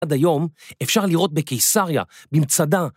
‫עד היום אפשר לראות בקיסריה, ‫במצדה,